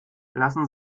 lassen